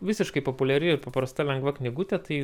visiškai populiari paprasta lengva knygutė tai